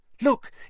Look